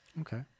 Okay